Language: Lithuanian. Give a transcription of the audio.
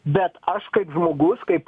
bet aš kad žmogus kaip